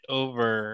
over